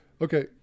Okay